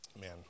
man